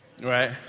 Right